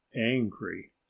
angry